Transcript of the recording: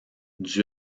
dus